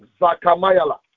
Zakamayala